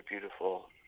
beautiful